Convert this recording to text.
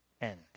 end